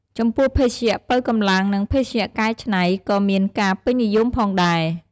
ចំពោះភេសជ្ជៈប៉ូវកម្លាំង និងភេសជ្ជៈកែច្នៃក៏មានការពេញនិយមផងដែរ។